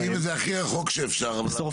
בסוף